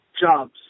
jobs